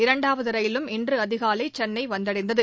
இரண்டாவது ரயிலும் இன்று அதிகாலை சென்னை வந்தடைந்தது